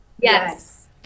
Yes